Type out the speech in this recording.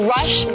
Rush